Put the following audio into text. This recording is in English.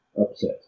upset